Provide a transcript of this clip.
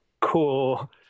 cool